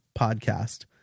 podcast